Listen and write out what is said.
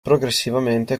progressivamente